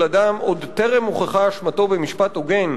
אדם עוד טרם הוכחה אשמתו במשפט הוגן,